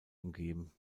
umgeben